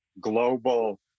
global